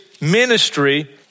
ministry